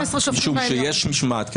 משום שיש משמעת קואליציונית.